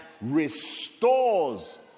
restores